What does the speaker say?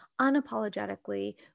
unapologetically